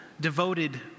devoted